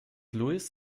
louis